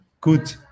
good